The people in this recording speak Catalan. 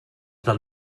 del